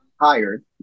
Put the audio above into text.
hired